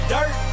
Dirt